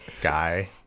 guy